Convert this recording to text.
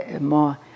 more